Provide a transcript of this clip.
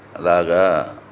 లాగా